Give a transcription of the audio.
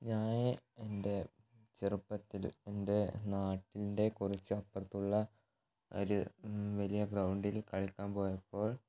ഞാൻ എൻ്റെ ചെറുപ്പത്തിൽ എൻ്റെ നാട്ടിൻ്റെ കുറച്ചപ്പുറത്തുള്ള ഒരു വലിയ ഗ്രൗണ്ടിൽ കളിക്കാൻ പോയപ്പോൾ